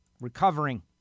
recovering